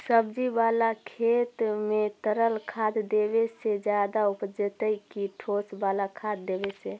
सब्जी बाला खेत में तरल खाद देवे से ज्यादा उपजतै कि ठोस वाला खाद देवे से?